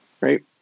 right